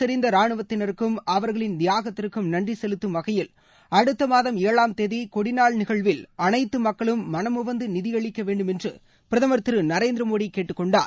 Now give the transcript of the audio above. செறிந்த ரானுவத்தினருக்கும் அவர்களின் தியாகத்திற்கும் நன்றி செலுத்தும்வகையில் வீரம் அடுத்தமாதம் ஏழாம் தேதி கொடிநாள் நிகழ்வில் அனைத்து மக்களும் மனமுவந்து நிதியளிக்க வேண்டுமென்று பிரதமர் திரு நரேந்திரமோடி கேட்டுக்கொண்டார்